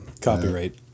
Copyright